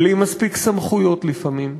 בלי מספיק סמכויות, לפעמים,